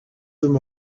them